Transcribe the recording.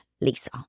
Lisa